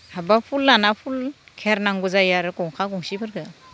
हाब्बा फुल लाना फुल घेरनांगौ जायो आरो गनखा गनखिफोरखो